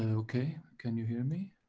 and okay, can you hear me?